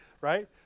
right